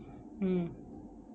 mm